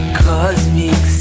cosmic